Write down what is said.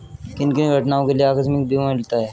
किन किन घटनाओं के लिए आकस्मिक बीमा मिलता है?